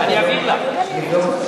תעביר לי את הכתבה, נבדוק.